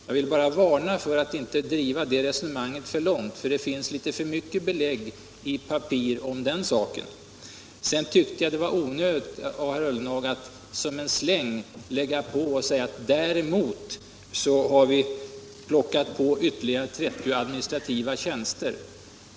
Jag vill bara varna mot att driva det resonemanget för långt, för det finns litet för mycket belägg i handlingarna om den saken. Vidare tyckte jag att det var onödigt av herr Ullenhag att komma med en släng om att däremot har vi plockat in ytterligare 30 administrativa tjänster.